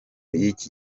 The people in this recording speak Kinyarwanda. y’iki